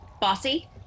Bossy